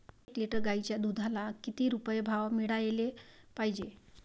एक लिटर गाईच्या दुधाला किती रुपये भाव मिळायले पाहिजे?